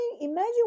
imagine